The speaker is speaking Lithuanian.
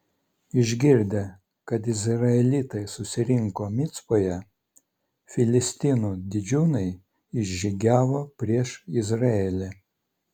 išgirdę kad izraelitai susirinko micpoje filistinų didžiūnai išžygiavo prieš izraelį